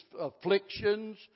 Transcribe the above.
afflictions